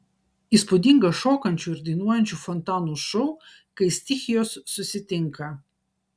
įspūdingas šokančių ir dainuojančių fontanų šou kai stichijos susitinka